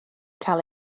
cael